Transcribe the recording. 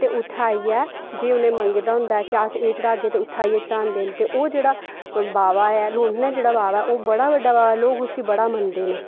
ते उत्थै आइयै जे उ'नें मंग्गे दा होंदा ऐ के अस एह् चढ़ागे ते उत्थै आइयै चढ़ांदे न ओह् जेह्ड़ा ओह् जेह्ड़ा बावा ऐ ओह् बड़ा बड्डा बावा ऐ लोग उसी मनदे न